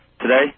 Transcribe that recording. Today